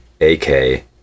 a-k